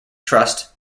trust